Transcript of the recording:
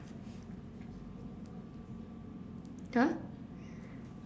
!huh!